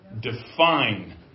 define